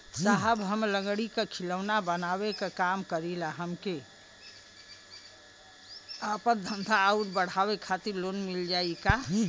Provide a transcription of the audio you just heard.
साहब हम लंगड़ी क खिलौना बनावे क काम करी ला हमके आपन धंधा अउर बढ़ावे के खातिर लोन मिल जाई का?